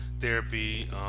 therapy